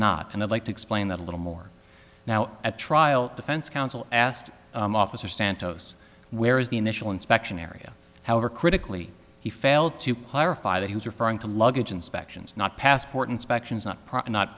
i'd like to explain that a little more now at trial defense counsel asked officer santos where is the initial inspection area however critically he failed to clarify that he was referring to luggage inspections not passport inspections not